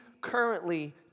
currently